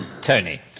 Tony